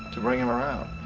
to bring em around.